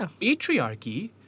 Patriarchy